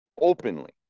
openly